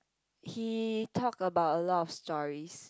he talk about a lot of stories